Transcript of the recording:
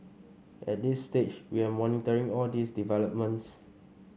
at this stage we are monitoring all these developments